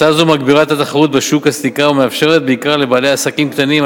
הצעה זו מגבירה את התחרות בשוק הסליקה ומאפשרת בעיקר לבעלי עסקים קטנים,